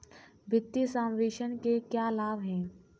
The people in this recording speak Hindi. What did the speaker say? वित्तीय समावेशन के क्या लाभ हैं?